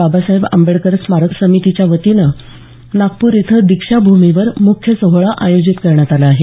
बाबासाहेब आंबेडकर स्मारक समितीच्यावतीनं नागपूर इथं दीक्षा भूमीवर मुख्य सोहळा आयोजित करण्यात आला आहे